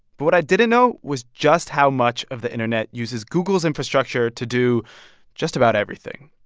but what i didn't know was just how much of the internet uses google's infrastructure to do just about everything.